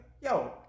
yo